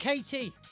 Katie